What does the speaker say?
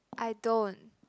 I don't